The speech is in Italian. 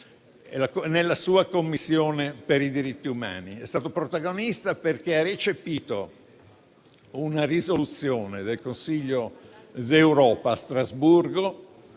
nella sua Commissione per i diritti umani, perché ha recepito una risoluzione del Consiglio d'Europa a Strasburgo,